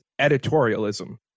editorialism